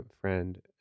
friend